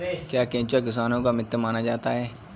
क्या केंचुआ किसानों का मित्र माना जाता है?